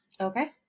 Okay